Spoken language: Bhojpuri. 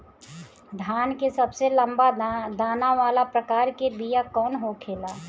धान के सबसे लंबा दाना वाला प्रकार के बीया कौन होखेला?